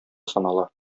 санала